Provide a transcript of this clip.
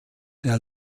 der